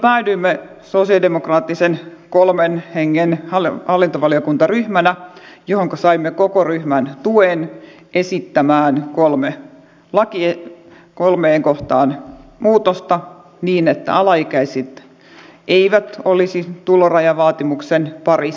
niinpä päädyimme sosialidemokraattisen kolmen hengen hallintovaliokuntaryhmänä johonka saimme koko ryhmän tuen esittämään kolmeen kohtaan muutosta niin että alaikäiset eivät olisi tulorajavaatimuksen parissa